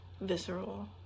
visceral